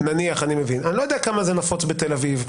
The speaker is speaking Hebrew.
אני לא יודע עד כמה זה נפוץ בתל אביב.